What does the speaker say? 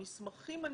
המסמכים הנדרשים,